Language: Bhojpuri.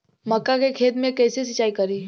मका के खेत मे कैसे सिचाई करी?